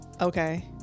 Okay